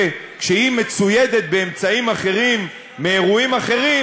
כשהיא מצוידת באמצעים אחרים לאירועים אחרים,